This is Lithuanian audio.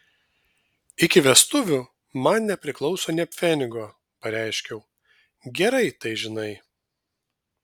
iki vestuvių man nepriklauso nė pfenigo pareiškiau gerai tai žinai